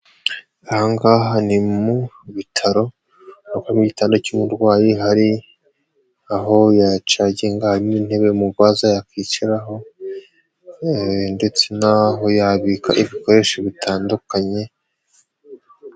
Aha ngaha ni mu bitaro harimo igitanda cy'umurwayi hari aho yacaginga n'intebe umurwaza yakwicaraho ndetse naho yabika ibikoresho bitandukanye.